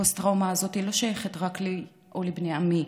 הפוסט-טראומה הזאת לא שייכת רק לי או לבני עמי,